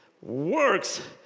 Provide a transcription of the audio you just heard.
works